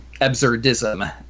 absurdism